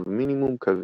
ובמינימום קווים,